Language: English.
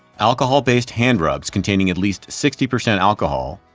alcohol-based hand rubs containing at least sixty percent alcohol,